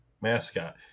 mascot